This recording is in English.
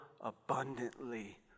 abundantly